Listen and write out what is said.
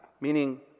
Meaning